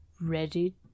ready